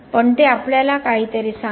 पण ते आपल्याला काहीतरी सांगते